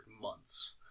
months